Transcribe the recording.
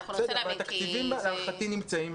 התקציבים להערכתי נמצאים.